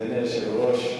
אדוני היושב-ראש,